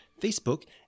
Facebook